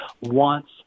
wants